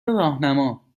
راهنما